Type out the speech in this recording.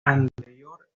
anterior